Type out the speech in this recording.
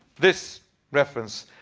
this reference.